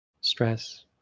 stress